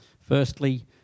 Firstly